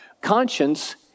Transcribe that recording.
Conscience